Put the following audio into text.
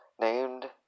named